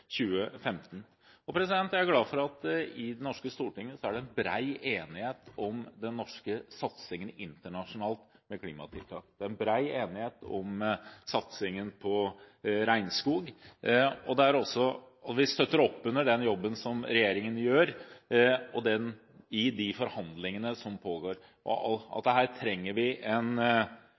2015. Jeg er glad for at det i det norske storting er bred enighet om den norske satsingen internasjonalt på klimatiltak. Det er bred enighet om satsingen på regnskog, og vi støtter opp under den jobben som regjeringen gjør i de forhandlingene som pågår. Her trenger vi en